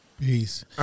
Peace